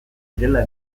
zirela